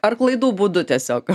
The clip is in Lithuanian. ar klaidų būdu tiesiog